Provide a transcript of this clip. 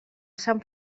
sant